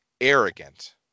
arrogant